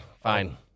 Fine